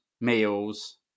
meals